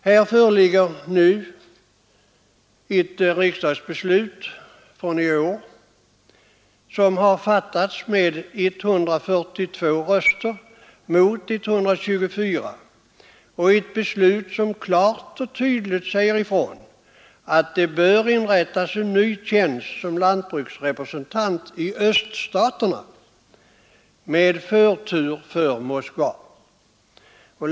Här föreligger nu ett riksdagsbeslut som fattats i år med 142 röster mot 124 — ett beslut som klart och tydligt säger ifrån att det bör inrättas en ny tjänst som lantbruksrepresentant i öststaterna med förtur för Moskva.